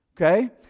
okay